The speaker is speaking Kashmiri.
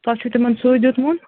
تۄہہِ چھو تِمن سُے دیٛتمُت